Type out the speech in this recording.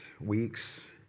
weeks